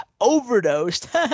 overdosed